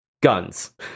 guns